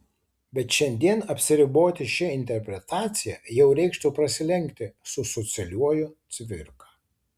bet šiandien apsiriboti šia interpretacija jau reikštų prasilenkti su socialiuoju cvirka